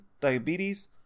diabetes